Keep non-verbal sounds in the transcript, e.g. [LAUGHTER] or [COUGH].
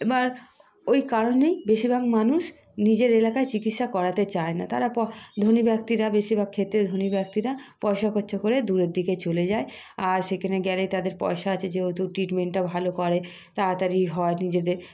এবার ওই কারণেই বেশিরভাগ মানুষ নিজের এলাকায় চিকিৎসা করাতে চায় না তারা [UNINTELLIGIBLE] ধনী ব্যক্তিরা বেশিরভাগ ক্ষেত্রে ধনী ব্যক্তিরা পয়সা খরচা করে দূরের দিকে চলে যায় আর সেখানে গেলে তাদের পয়সা আছে যেহেতু ট্রিটমেন্টটাও ভালো করে তাড়াতাড়ি হয় নিজেদের